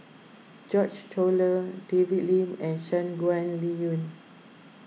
George Collyer David Lim and Shangguan Liuyun